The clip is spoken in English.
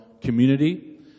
community